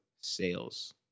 sales